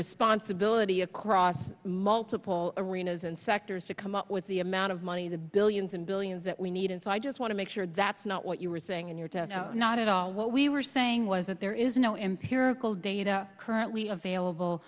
responsibility across multiple arenas and sectors to come up with the amount of money the billions and billions that we need and so i just want to make sure that's not what you were saying and you're not at all what we were saying was that there is no empirical data currently avail